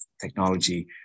technology